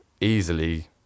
easily